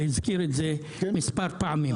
שהזכיר את זה מספר פעמים,